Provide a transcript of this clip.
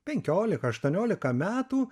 penkiolika aštuoniolika metų